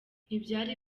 ntibyari